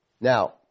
Now